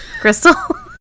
Crystal